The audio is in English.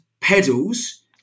pedals